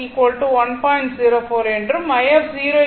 04 என்றும் i0